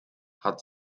hat